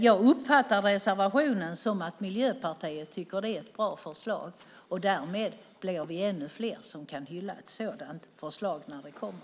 Jag uppfattar reservationen som att Miljöpartiet tycker att det är ett bra förslag. Därmed blir vi ännu fler som kan hylla ett sådant förslag när det kommer.